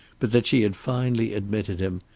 but that she had finally admitted him,